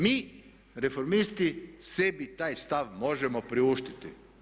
Mi reformisti sebi taj stav možemo priuštiti.